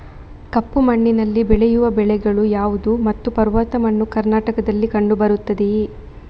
ಕಪ್ಪು ಮಣ್ಣಿನಲ್ಲಿ ಬೆಳೆಯುವ ಬೆಳೆಗಳು ಯಾವುದು ಮತ್ತು ಪರ್ವತ ಮಣ್ಣು ಕರ್ನಾಟಕದಲ್ಲಿ ಕಂಡುಬರುತ್ತದೆಯೇ?